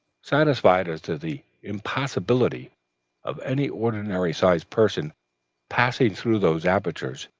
satisfied as to the impossibility of any ordinary-sized person passing through those apertures,